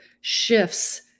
shifts